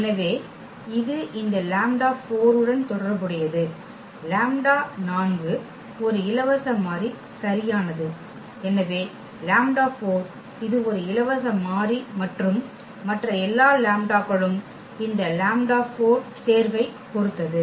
எனவே இது இந்த 4 உடன் தொடர்புடையது லாம்ப்டா நான்கு ஒரு இலவச மாறி சரியானது எனவே இது ஒரு இலவச மாறி மற்றும் மற்ற எல்லா லாம்ப்டாக்களும் இந்த தேர்வைப் பொறுத்தது